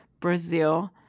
brazil